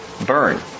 burn